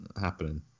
happening